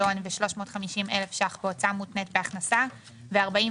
37,350,000 ₪ בהוצאה מותנית בהכנסה ו-42